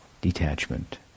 detachment